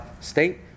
state